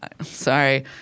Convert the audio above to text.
Sorry